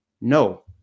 no